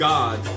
God